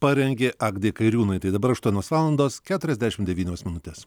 parengė agnė kairiūnaitė dabar aštuonios valandos keturiasdešimt devynios minutės